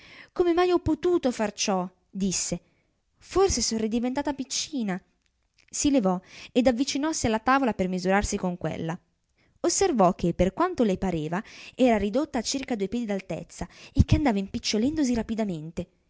come mai ho potuto far ciò disse forse sono ridiventata piccina si levò ed avvicinossi alla tavola per misurarsi con quella osservò che per quanto le pareva era ridotta a circa due piedi d'altezza e che andava impiccolendosi rapidamente